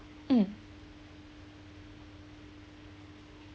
mm